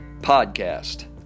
Podcast